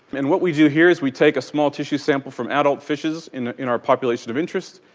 and what we do here is we take a small tissue sample from adult fishes in in our population of interest.